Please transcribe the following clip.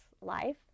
life